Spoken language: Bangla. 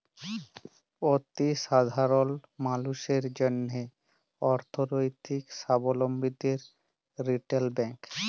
অতি সাধারল মালুসের জ্যনহে অথ্থলৈতিক সাবলম্বীদের রিটেল ব্যাংক